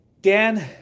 Dan